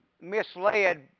misled